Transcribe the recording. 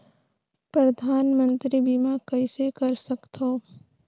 परधानमंतरी बीमा कइसे कर सकथव?